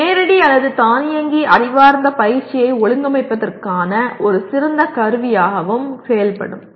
இது நேரடி அல்லது தானியங்கி அறிவார்ந்த பயிற்சியை ஒழுங்கமைப்பதற்கான ஒரு சிறந்த கருவியாகவும் செயல்படும்